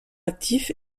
actif